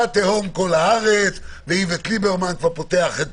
ותהום כל הארץ ואיווט ליברמן כבר פותח את